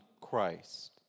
Christ